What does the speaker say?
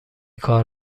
کار